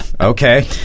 Okay